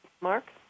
Mark